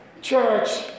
church